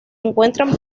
encuentran